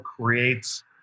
creates